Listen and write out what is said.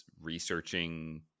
researching